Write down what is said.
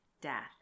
death